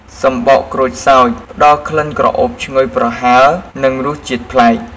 សំបកក្រូចសើច ផ្តល់ក្លិនក្រអូបឈ្ងុយប្រហើរ និងរសជាតិប្លែក។